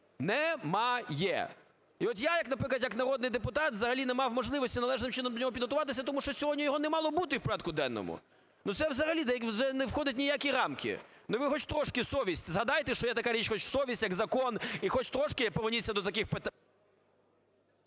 Не-ма-є! І от я як, наприклад, народний депутат взагалі не мав можливості належним чином до нього підготуватися, тому що сьогодні його не мало бути в порядку денному. Ну, це взагалі не входить ні в які рамки. Ну, ви хоч трошки совість згадайте, що є така річ, хоч совість як закон, і хоч трошки поверніться до таких …